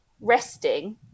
resting